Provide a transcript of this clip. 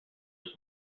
was